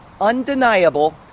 undeniable